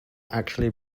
actually